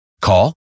Call